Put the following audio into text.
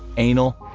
anal,